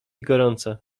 gorące